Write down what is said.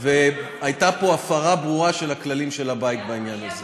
והייתה פה הפרה ברורה של הכללים של הבית בעניין הזה.